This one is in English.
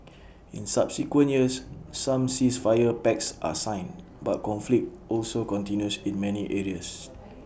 in subsequent years some ceasefire pacts are signed but conflict also continues in many areas